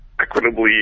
equitably